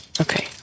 Okay